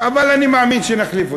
אבל אני מאמין שנחליף אתכם.